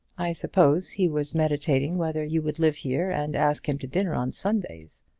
i suppose he was meditating whether you would live here and ask him to dinner on sundays!